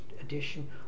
edition